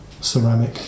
ceramic